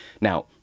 Now